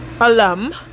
alum